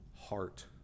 heart